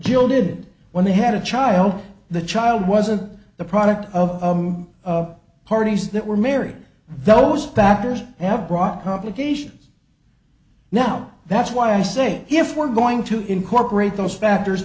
gilded when they had a child the child wasn't the product of parties that were married though most factors have brought complications now that's why i say if we're going to incorporate those factors